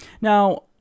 Now